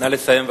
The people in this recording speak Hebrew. נא לסיים.